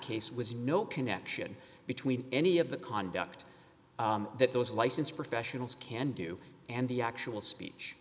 case was no connection between any of the conduct that those licensed professionals can do and the actual speech